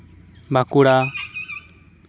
Bankura